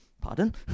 Pardon